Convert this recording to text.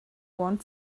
one